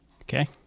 Okay